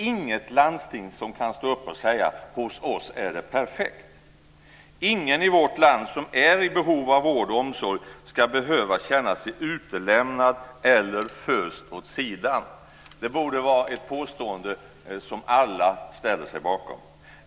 Inget landsting kan stå upp och säga: Hos oss är det perfekt. Ingen i vårt land som är i behov av vård och omsorg ska behöva känna sig utelämnad eller föst åt sidan. Det borde vara ett påstående som alla ställer sig bakom.